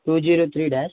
two zero three dash